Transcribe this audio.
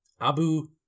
Abu